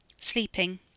Sleeping